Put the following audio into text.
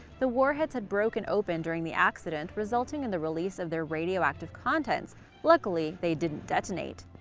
the warheads had broken open during the accident, resulting in the release of their radioactive contents luckily, they didn't detonate.